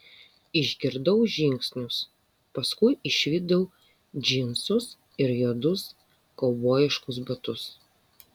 išgirdau žingsnius paskui išvydau džinsus ir juodus kaubojiškus batus